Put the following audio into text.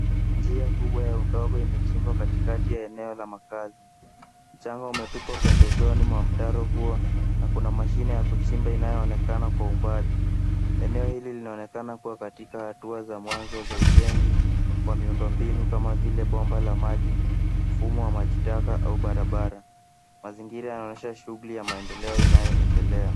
Njia kubwa ya udongo imechimbwa katikati ya eneo la makazi. Mchanga umetupwa pembezoni mwa mtaro huo na kuna mashine ya kuchimba inayoonekana kwa umbali. Eneo hili linaonekana kuwa katika hatua za mwanzo za ujenzi wa miundo mbinu kama vile bomba la maji, mfumo wa majitaka au barabara. Mazingira yanaonyesha shughuli ya maendeleo yanayoendelea.